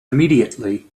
immediately